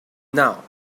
now